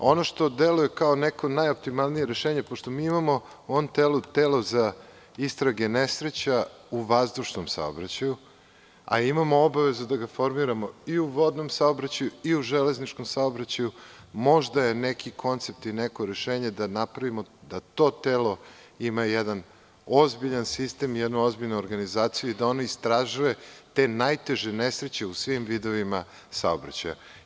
Ono što deluje kao neko najoptimalnije rešenje, pošto mi imamo telo za istrage nesreća u vazdušnom saobraćaju, a imamo obavezu da ga formiramo i u vodnom saobraćaju i u železničkom saobraćaju, pa je možda neki koncept i neko rešenje da napravimo da to telo ima jedan ozbiljan sistem i jednu ozbiljnu organizaciju, da ono istražuje te najteže nesreće u svim vidovima saobraćaja.